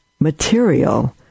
Material